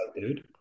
dude